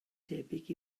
debyg